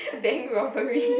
bank robbery